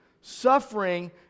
suffering